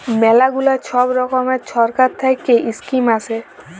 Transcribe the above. ম্যালা গুলা ছব রকমের ছরকার থ্যাইকে ইস্কিম আসে